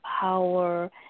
power